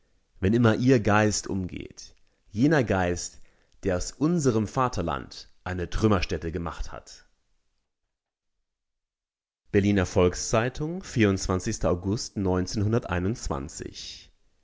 wenn immer ihr geist umgeht jener geist der aus unserem vaterland eine trümmerstätte gemacht hat berliner volks-zeitung august